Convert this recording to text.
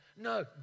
No